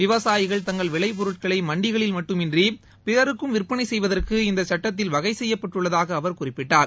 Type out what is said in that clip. விவசாயிகள் தங்கள் விளைப் பொருட்களை மண்டிகளில் மட்டுமன்றி பிறருக்கும் விற்பனை செய்வதற்கு இந்த சட்டத்தில் வகை செய்யப்பட்டுள்ளதாக அவர் குறிப்பிட்டார்